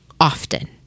often